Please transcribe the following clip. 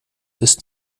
ist